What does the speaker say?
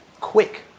Quick